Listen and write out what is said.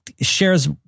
shares